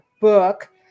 book